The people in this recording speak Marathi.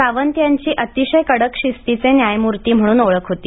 सावंत यांची अतिशय कडक शिस्तीचे न्यायमूर्ती म्हणून ओळख होती